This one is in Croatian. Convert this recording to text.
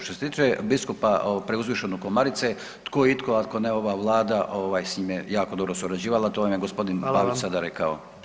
Što se tiče biskupa preuzvišenog Komarice, tko itko ako ne ova Vlada s njima je jako dobro surađivala, to vam je gospodin Pavić sada rekao.